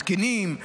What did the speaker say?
תקינים,